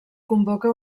convoca